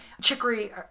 Chicory